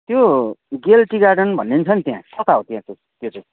त्यो गेल tea garden भन्ने नि छ नि त्याँ कता हो त्यहाँ चाहिँ त्यो चाहिँ